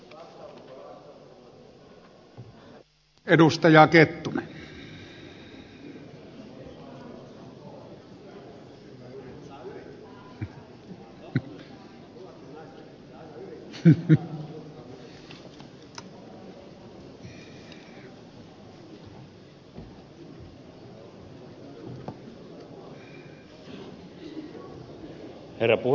herra puhemies